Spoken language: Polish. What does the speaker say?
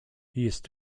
jest